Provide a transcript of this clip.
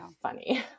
funny